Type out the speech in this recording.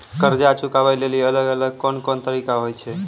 कर्जा चुकाबै लेली अलग अलग कोन कोन तरिका होय छै?